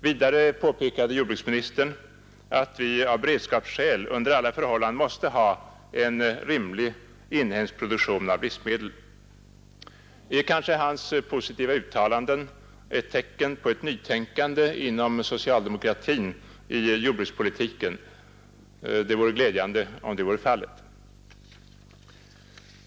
Vidare påpekade jordbruksministern att vi av beredskapsskäl under alla förhållanden måste ha en rimlig inhemsk produktion av livsmedel. Är kanske hans positiva uttalanden tecken på ett nytänkande inom socialdemokratin i jordbrukspolitiken? Det vore glädjande om så skulle vara fallet.